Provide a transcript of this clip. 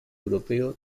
europeo